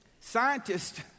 Scientists